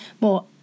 more